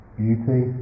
beauty